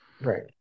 right